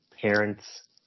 Parents